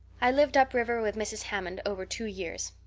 i lived up river with mrs. hammond over two years,